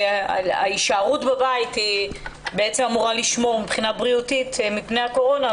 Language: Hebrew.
שההישארות בבית בעצם אמורה לשמור מבחינה בריאותית מפני הקורונה,